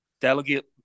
Delegate